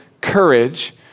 courage